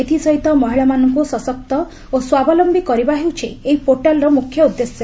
ଏଥିସହିତ ମହିଳାମାନଙ୍କୁ ସଶକ୍ତ ଓ ସ୍ୱାବଲୟି କରିବା ହେଉଛି ଏହି ପୋର୍ଟାଲ୍ର ମୁଖ୍ୟ ଉଦ୍ଦେଶ୍ୟ